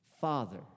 Father